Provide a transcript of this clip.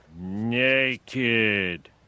naked